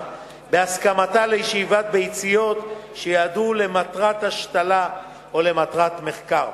בהסכמתה לשאיבת ביציות למטרת השתלה או למטרת מחקר.